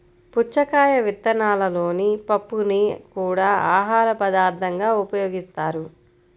పుచ్చకాయ విత్తనాలలోని పప్పుని కూడా ఆహారపదార్థంగా ఉపయోగిస్తారు